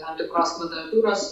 tam tikros kvadratūros